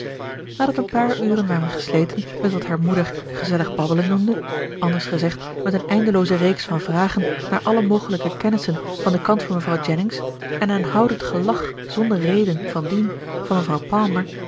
nadat een paar uren waren gesleten met wat haar moeder gezellig babbelen noemde anders gezegd met een eindelooze reeks van vragen naar alle mogelijke kennissen van den kant van mevrouw jennings en aanhoudend gelach zonder reden van dien van mevrouw palmer